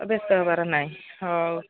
ବ୍ୟସ୍ତ ହେବାର ନାହିଁ ହଉ